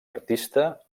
artista